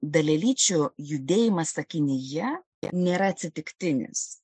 dalelyčių judėjimas sakinyje nėra atsitiktinis